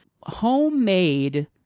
homemade